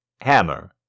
hammer